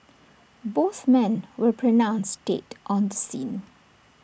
both men were pronounced dead on the scene